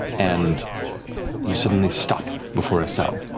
and you suddenly stop before a cell.